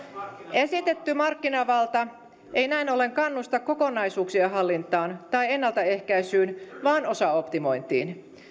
esitetty markkinavalta ei näin ollen kannusta kokonaisuuksien hallintaan tai ennaltaehkäisyyn vaan osaoptimointiin